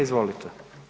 Izvolite.